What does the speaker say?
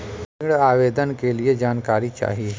ऋण आवेदन के लिए जानकारी चाही?